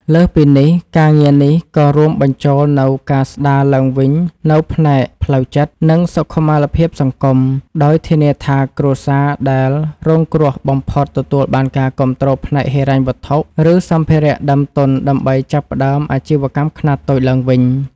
លើសពីនេះ ការងារនេះក៏រួមបញ្ចូលនូវការស្តារឡើងវិញនូវផ្នែកផ្លូវចិត្ត និងសុខុមាលភាពសង្គម ដោយធានាថាគ្រួសារដែលរងគ្រោះបំផុតទទួលបានការគាំទ្រផ្នែកហិរញ្ញវត្ថុ ឬសម្ភារៈដើមទុនដើម្បីចាប់ផ្តើមអាជីវកម្មខ្នាតតូចឡើងវិញ។